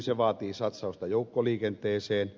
se vaatii satsausta joukkoliikenteeseen